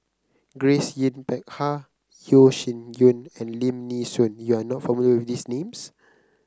Grace Yin Peck Ha Yeo Shih Yun and Lim Nee Soon you are not familiar with these names